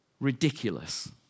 Ridiculous